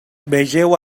vegeu